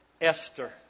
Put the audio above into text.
Esther